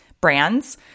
brands